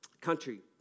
country